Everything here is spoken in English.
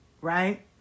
right